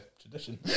tradition